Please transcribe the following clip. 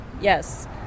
Yes